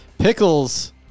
Pickles